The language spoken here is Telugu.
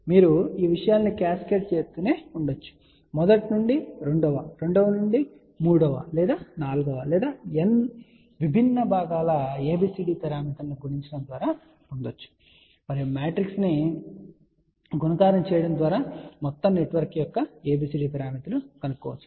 కాబట్టి మీరు ఈ విషయాలను క్యాస్కేడ్ చేస్తూనే ఉండవచ్చు మరియు మొదటి నుండి రెండవ నుండి మూడవ లేదా నాల్గవ లేదా n వ విభిన్న భాగాల ABCD పారమితులను గుణించడం ద్వారా పొందవచ్చు మరియు మ్యాట్రిక్స్ గుణకారం చేయడం ద్వారా మీరు మొత్తం నెట్వర్క్ యొక్క ABCD పారామితులను కనుగొనవచ్చు